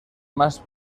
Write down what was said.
más